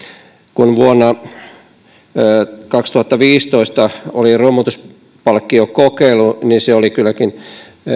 kun vuonna kaksituhattaviisitoista oli romutuspalkkiokokeilu se oli kylläkin